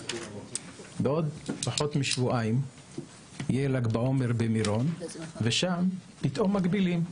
בעוד פחות משבועיים יהיה ל"ג בעומר במירון ושם פתאום מגבילים.